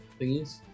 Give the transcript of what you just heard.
thingies